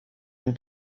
une